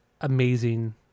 amazing